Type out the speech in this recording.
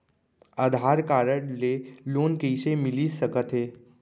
आधार card ले loan कइसे मिलिस सकत हे?